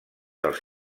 dels